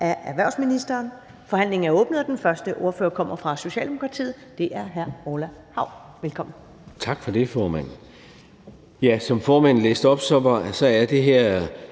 Ellemann): Forhandlingen er åbnet, og den første ordfører kommer fra Socialdemokratiet. Det er hr. Orla Hav. Velkommen.